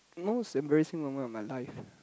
most embarrassing moment of my life